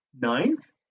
Ninth